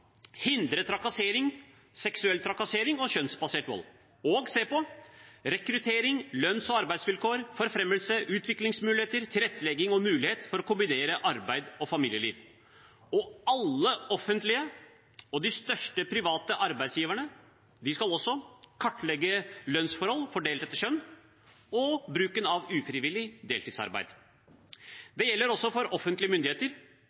hindre trakassering, seksuell trakassering og kjønnsbasert vold og se på rekruttering, lønns- og arbeidsvilkår, forfremmelse, utviklingsmuligheter, tilrettelegging og mulighet for å kombinere arbeid og familieliv. Alle de offentlige og de største private, arbeidsgiverne skal også kartlegge lønnsforhold fordelt etter kjønn og bruken av ufrivillig deltidsarbeid. Det gjelder også for offentlige myndigheter.